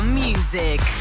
music